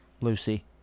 Lucy